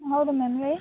ಹೌದು ಮ್ಯಾಮ್ ಹೇಳಿ